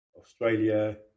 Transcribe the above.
Australia